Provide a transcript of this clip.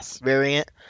variant